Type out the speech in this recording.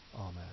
Amen